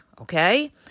Okay